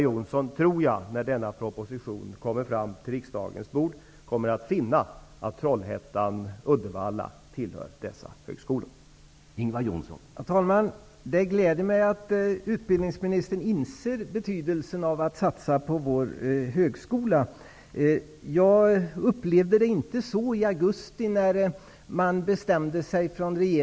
Jag tror att Ingvar Johnsson kommer att finna att högskolan i Trollhättan/Uddevalla tillhör dessa högskolor när denna proposition läggs på riksdagens bord.